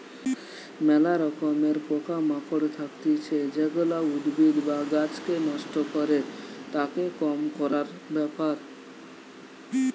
ম্যালা রকমের পোকা মাকড় থাকতিছে যেগুলা উদ্ভিদ বা গাছকে নষ্ট করে, তাকে কম করার ব্যাপার